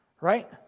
Right